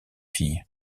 filles